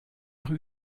rue